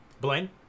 Blaine